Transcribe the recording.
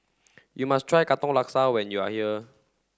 you must try Katong Laksa when you are here